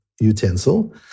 utensil